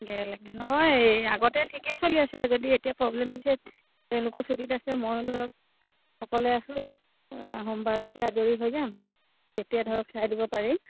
বেয়া লাগে নহয় আগতে ঠিকে চলি আছিলে যদি এতিয়া প্ৰব্লেম দিছে তেওঁলোকো ছুটীত আছে ময়ো ধৰক অকলে আছোঁ সোমবাৰলৈকে আজৰি হৈ যাম তেতিয়া ধৰক চাই দিব পাৰিম